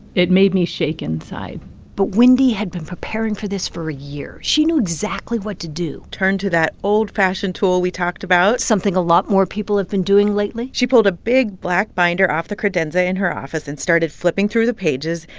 it made me shake inside but wendy had been preparing for this for year. she knew exactly what to do turn to that old-fashioned tool we talked about something a lot more people have been doing lately she pulled a big black binder off the credenza in her office and started flipping through the pages.